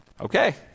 Okay